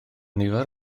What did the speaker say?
nifer